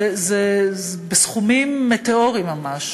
זה בסכומים מטאוריים ממש,